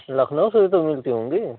लखनऊ से तो मिलती होंगी